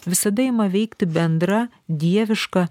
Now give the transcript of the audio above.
visada ima veikti bendra dieviška